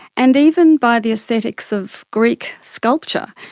and even by the aesthetics of greek sculpture,